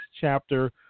chapter